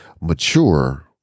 mature